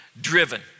driven